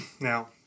Now